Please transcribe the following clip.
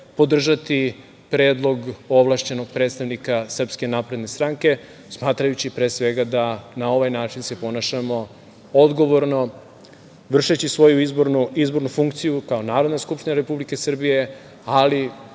podržati predlog ovlašćenog predstavnika SNS, smatrajući pre svega da na ovaj način se ponašamo odgovorno, vršeći svoju izbornu funkciju kao Narodna skupština Republike Srbije, ali